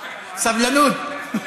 סבלנות.